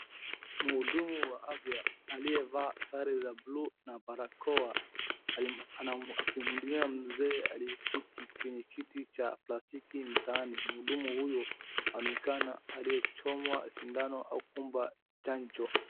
Mhudumu wa afya aliyevaa sare za bluu na barakoa akimhudumia mzee aliyeketi kwenye kiti cha plastiki mtaani. Mhudumu huyu anaonekana aliyechomwa sindano au kumpa chanjo.